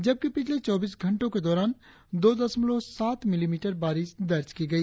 जबकि पिछले चौबीस घंटो के दौरान दो दशमलव सात मिलीमीटर बारिश दर्ज की गई